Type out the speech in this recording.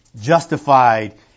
justified